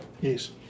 Yes